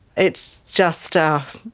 it's just ah